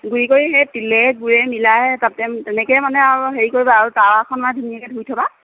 গুড়ি কৰি সেই তিলে গুৰে মিলাই তাতে তেনেকেই মানে হেৰি কৰিবা আৰু তাৱাখনো ধুনীয়াকৈ ধুই থ'বা